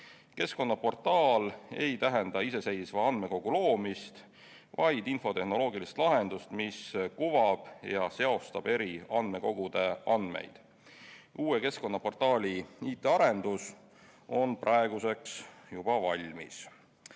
Keskkonnaportaal ei tähenda iseseisva andmekogu loomist, vaid infotehnoloogilist lahendust, mis kuvab ja seostab eri andmekogude andmeid. Uue keskkonnaportaali IT-arendus on praeguseks juba valmis.